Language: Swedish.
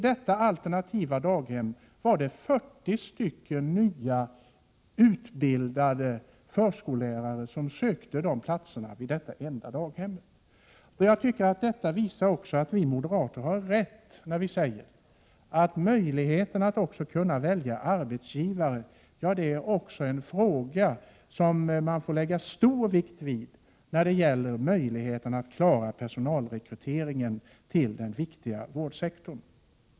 Det var 40 utbildade förskollärare som sökte platserna bara till detta alternativa daghem. Detta visar också att vi moderater har rätt när vi säger att man måste lägga stor vikt även vid möjligheterna att välja arbetsgivare när det gäller att klara personalrekryteringen till den viktiga vårdsektorn.